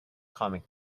comic